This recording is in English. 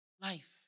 life